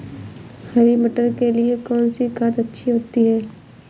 हरी मटर के लिए कौन सी खाद अच्छी होती है?